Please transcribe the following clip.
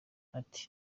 ati